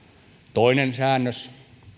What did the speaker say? toinen säännös